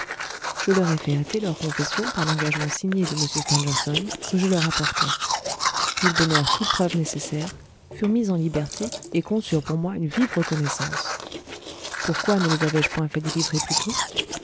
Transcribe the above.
je leur ai fait hâter leur confession par l'engagement signé de m stangerson que je leur apportais ils donnèrent toutes preuves nécessaires furent mis en liberté et conçurent pour moi une vive reconnaissance pourquoi ne les avais-je point fait délivrer plus